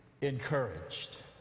encouraged